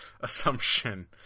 assumption